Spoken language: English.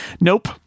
nope